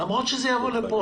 יבוא לכאן,